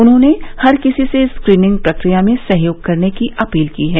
उन्होंने हर किसी से स्क्रीनिंग प्रक्रिया में सहयोग करने की अपील की है